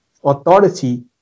authority